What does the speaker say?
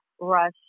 rush